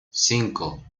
cinco